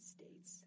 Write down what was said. States